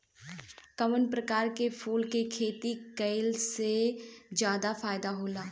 कवना प्रकार के फूल के खेती कइला से ज्यादा फायदा होला?